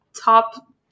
top